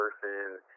person